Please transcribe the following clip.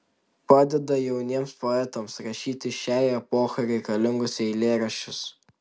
padeda jauniems poetams rašyti šiai epochai reikalingus eilėraščius